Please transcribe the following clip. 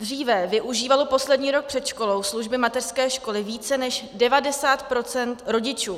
Dříve využívalo poslední rok před školou služby mateřské školy více než 90 % rodičů.